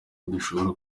udashobora